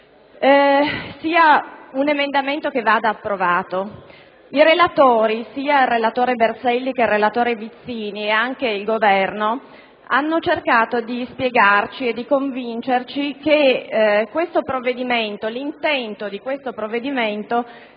fino al 30 giugno 2002, vada approvato. I relatori, sia il relatore Berselli, sia il relatore Vizzini, sia il Governo hanno cercato di spiegarci e di convincerci che l'intento di questo provvedimento